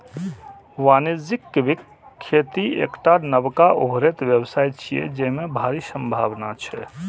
वाणिज्यिक कीवीक खेती एकटा नबका उभरैत व्यवसाय छियै, जेमे भारी संभावना छै